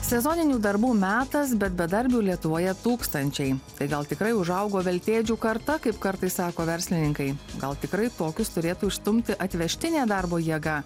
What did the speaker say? sezoninių darbų metas bet bedarbių lietuvoje tūkstančiai tai gal tikrai užaugo veltėdžių karta kaip kartais sako verslininkai gal tikrai tokius turėtų išstumti atvežtinė darbo jėga